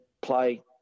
play